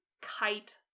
kite